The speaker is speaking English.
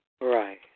Right